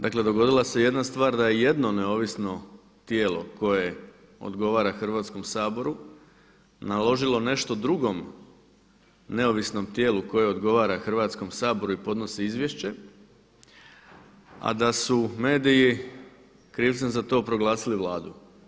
Dakle dogodila se jedna stvar da je jedno neovisno tijelo koje odgovara Hrvatskom saboru naložilo nešto drugom neovisnom tijelu koje odgovara Hrvatskom saboru i podnosi izvješće, a da su mediji krivca za to proglasili Vladu.